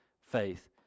faith